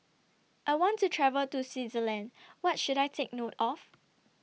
I want to travel to Switzerland What should I Take note of